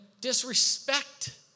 disrespect